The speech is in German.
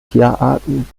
tierarten